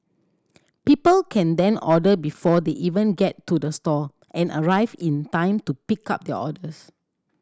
people can then order before they even get to the store and arrive in time to pick up their orders